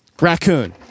raccoon